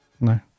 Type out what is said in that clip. No